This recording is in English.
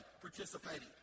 participating